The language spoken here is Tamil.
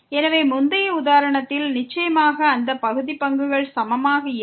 எனவே முந்தைய உதாரணத்தில் நிச்சயமாக அந்த பகுதி பங்குகள் சமமாக இல்லை